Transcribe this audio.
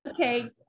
Okay